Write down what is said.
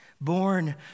Born